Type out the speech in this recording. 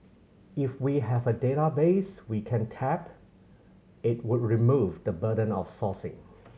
if we have a database we can tap it would remove the burden of sourcing